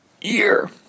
year